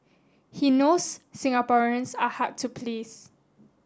he knows Singaporeans are hard to please